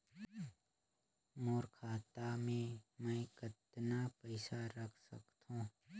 मोर खाता मे मै कतना पइसा रख सख्तो?